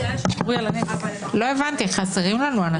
מי נמנע?